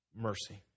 Mercy